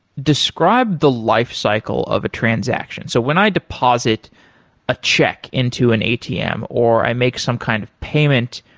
describe the life cycle of a transaction. so when i deposit a check into an atm or i make some kind of payment,